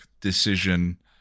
decision